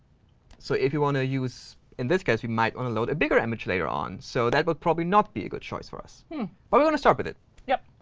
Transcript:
so if you want to use in this case, we might want to load a bigger image later on, so that would probably not be a good choice for us. but we're going to start with it. mariko yep.